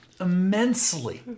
immensely